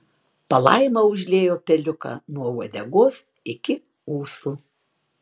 palaima užliejo peliuką nuo uodegos iki ūsų